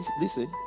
listen